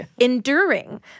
enduring